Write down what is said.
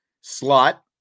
slot